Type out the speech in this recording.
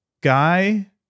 guy